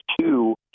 two